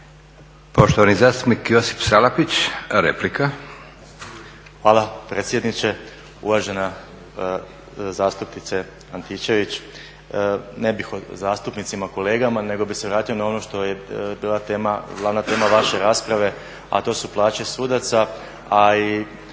Poštovani zastupnik Josip Salapić, replika. **Salapić, Josip (HDSSB)** Hvala predsjedniče. Uvažen zastupnice Antičević, ne bih o zastupnicima, kolegama nego bi se vratio na ono što je bila tema, glavna tema vaše rasprave a to su plaće sudaca a i